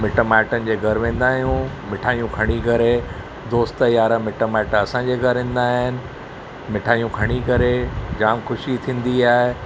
मिट माइटनि जे घर वेंदा आहियूं मिठायूं खणी करे दोस्त यार मिट माइट असांजे घरु ईंदा आहिनि मिठायूं खणी करे जाम ख़ुशी थींदी आहे